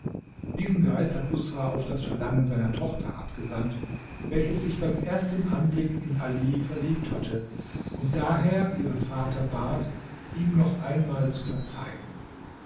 diesen geist hat usra auf das verlangen seiner tochter abgesandt welche sich beim ersten anblick in ali verliebt hatte und daher ihren vater bat ihm noch einmal zu verzeihen